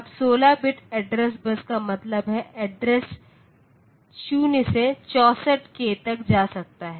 अब 16 bit address bus का मतलब है एड्रेस 0 से 64k तक जा सकता है